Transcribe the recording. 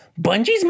Bungie's